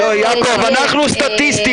יעקב, אנחנו סטטיסטים.